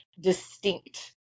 distinct